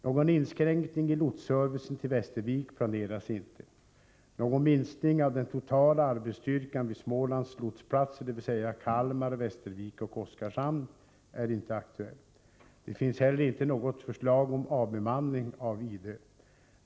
Någon inskränkning i lotsservicen till Västervik planeras inte. Någon minskning av den totala arbetsstyrkan vid Smålands lotsplatser, dvs. Kalmar, Västervik och Oskarshamn, är inte aktuell. Det finns heller inte något förslag om avbemanning av Idö.